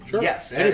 Yes